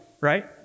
right